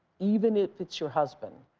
even if it's your husband,